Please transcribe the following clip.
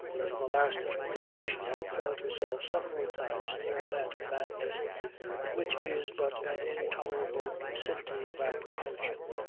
for the last few days she had felt herself several times near that madness which is but an intolerable lucidity of apprehension.